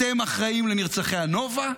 אתם אחראים לנרצחי הנובה,